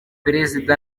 perezida